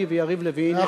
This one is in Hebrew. אני ויריב לוין,